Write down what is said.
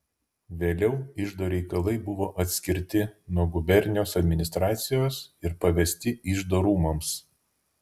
vėliau iždo reikalai buvo atskirti nuo gubernijos administracijos ir pavesti iždo rūmams